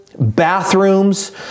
bathrooms